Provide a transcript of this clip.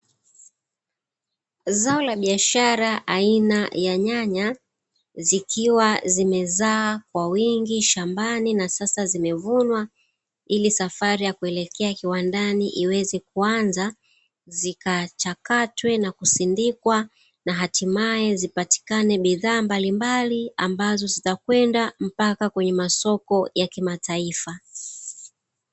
Zao la biashara aina ya nyanya, zikiwa zimezaa kwa wingi shambani na sasa zimevunwa, ili safari ya kuelekea kiwandani iweze kuanza. Zikachakatwe na kusindikwa na hatimaye, zipatikane bidhaa mbalimbali, ambazo zitakwenda mpaka kwenye masoko ya kimataifa.